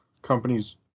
companies